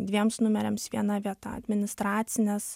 dviems numeriams viena vieta administracinės